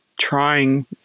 trying